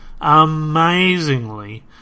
Amazingly